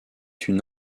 une